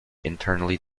internally